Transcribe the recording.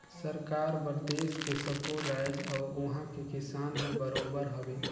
सरकार बर देस के सब्बो रायाज अउ उहां के किसान हर बरोबर हवे